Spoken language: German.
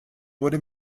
wurde